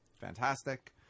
Fantastic